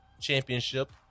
Championship